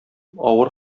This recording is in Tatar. авыр